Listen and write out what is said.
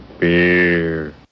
beer